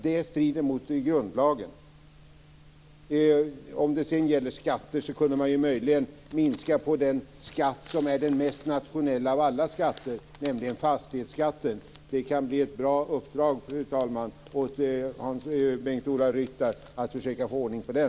Det strider mot grundlagen. När det gäller skatter kan man möjligen minska på den skatt som är den mest nationella av alla skatter, nämligen fastighetsskatten. Det kan bli ett bra uppdrag, fru talman, åt Bengt-Ola Ryttar att försöka få ordning på den.